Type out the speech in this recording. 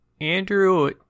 Andrew